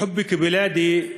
(אומר בערבית: אני אוהב אותך,